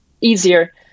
easier